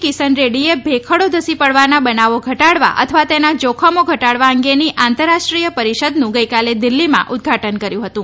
કિસન રેડ્ડીએ ભેખડો ધસી પડવાના બનાવો ઘટાડવા અથવા તેના જોખમો ઘટાડવા અંગેની આંતરરાષ્ટ્રીય પરિષદનું ગઈકાલે દિલ્ફીમાં ઉદઘાટન કર્યું હતું